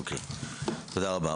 תודה רבה.